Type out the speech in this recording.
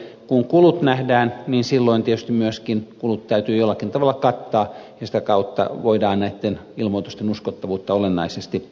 kun kulut nähdään niin silloin tietysti myöskin kulut täytyy jollakin tavalla kattaa ja sitä kautta voidaan näitten ilmoitusten uskottavuutta olennaisesti lisätä